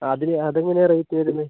അതിന് അതെങ്ങനെയാണ് റേറ്റ് വരുന്നത്